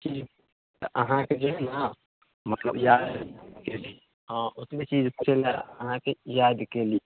तऽ अहाँके जे हइ ने मतलब हँ ओतबे चीज लऽ कऽ चलि जाएब अहाँके